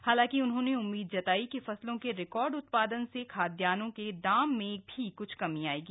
हालांकि उन्होंने उम्मीद जताई कि फसलों के रिकॉर्ड उत्पादन से खाद्यान्नों के दाम में कुछ कमी आएगी